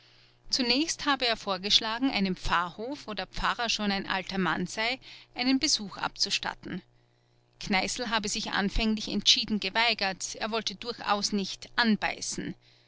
zunächst habe er vorgeschlagen einem pfarrhof wo der pfarrer schon ein alter mann sei einen besuch abzustatten kneißl habe sich anfänglich entschieden geweigert er wollte durchaus nicht anbeißen